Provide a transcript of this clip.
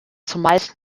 zumeist